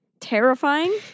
terrifying